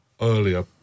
earlier